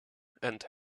and